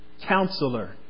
Counselor